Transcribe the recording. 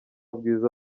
bwiza